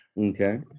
Okay